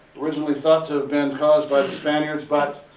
originally thought to have been caused by the spaniards. but